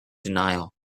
denial